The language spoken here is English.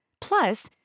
Plus